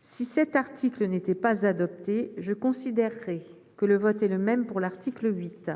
si cet article n'était pas adopté, je considère très que le vote est le même pour l'article 8